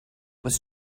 was